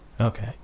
Okay